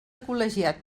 col·legiat